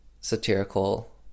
satirical